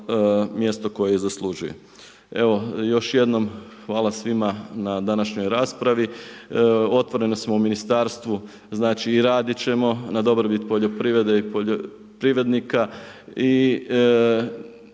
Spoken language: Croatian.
mjesto koje zaslužuje. Evo još jednom hvala svima na današnjoj raspravi, otvoreni smo u ministarstvu i radit ćemo na dobrobit poljoprivrede i poljoprivrednika